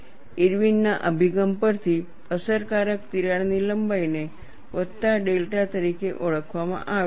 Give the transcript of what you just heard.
Irwin ના અભિગમ પરથી અસરકારક તિરાડની લંબાઈને વત્તા ડેલ્ટા તરીકે લેવામાં આવે છે